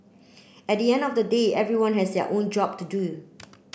at the end of the day everyone has their own job to do